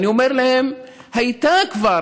אני אומר להם: הייתה כבר,